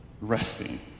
resting